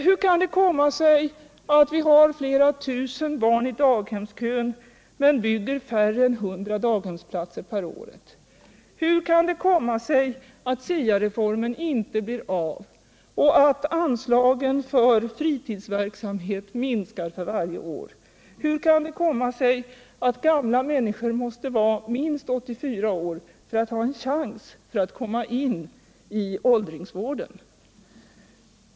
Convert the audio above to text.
Hur kan det komma sig att vi har flera tusen barn i daghemskön och bara bygger färre än hundra daghemsplatser per år? Hur kan det komma sig att SIA-reformen inte blir av och att anslagen för fritidsverksamheten minskar för varje år? Hur kan det komma sig att gamla människor måste vara minst 84 år för att ha en chans att komma med i åldringsvården?